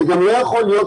זה גם לא יכול להיות,